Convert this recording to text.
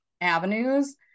avenues